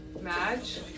Madge